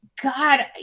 God